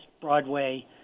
Broadway